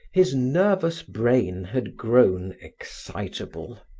his nervous brain had grown excitable.